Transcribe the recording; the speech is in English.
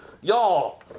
y'all